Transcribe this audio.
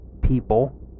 people